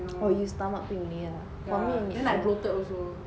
oh you stomach pain only ah for me